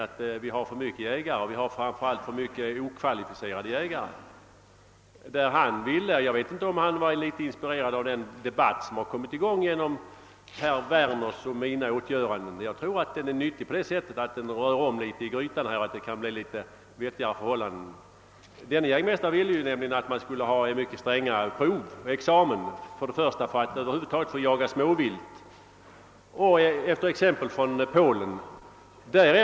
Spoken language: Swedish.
Han menade bl.a. att det finns för många jägare, framför allt för många okvalificerade sådana. Jag vet inte om han var inspirerad av den debatt som startats genom herr Werners och mina åtgöranden, men jag tror att den varit nyttig genom att den rört om i grytan på jaktområdet och kanske kan leda till i någon mån förbättrade förhållanden. Vederbörande jägmästare ville ha mycket strängare prov och en examen för tillstånd. att jaga småvilt. Hans förslag hade polska förhållanden som förebild.